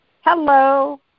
Hello